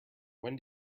when